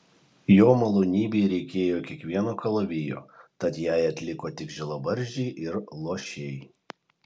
jo malonybei reikėjo kiekvieno kalavijo tad jai atliko tik žilabarzdžiai ir luošiai